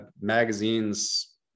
magazines